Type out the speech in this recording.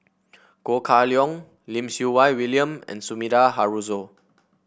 Ho Kah Leong Lim Siew Wai William and Sumida Haruzo